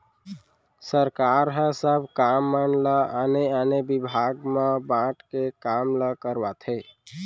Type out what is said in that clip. सरकार ह सब काम मन ल आने आने बिभाग म बांट के काम ल करवाथे